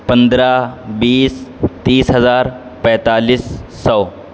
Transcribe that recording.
پندرہ بیس تیس ہزار پینتالیس سو